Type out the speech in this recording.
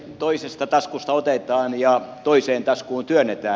toisesta taskusta otetaan ja toiseen taskuun työnnetään